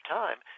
time